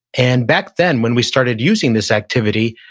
and back then, when we started using this activity,